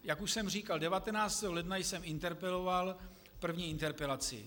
Jak už jsem říkal, 19. ledna jsem interpeloval první interpelaci.